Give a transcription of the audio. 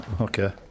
Okay